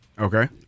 Okay